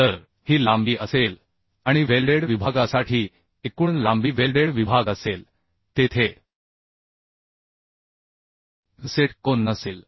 तर ही लांबी असेल आणि वेल्डेड विभागासाठी एकूण लांबी वेल्डेड विभाग असेल तेथे गसेट कोन नसेल